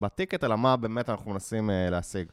בטיקט אלא מה באמת אנחנו מנסים להשיג.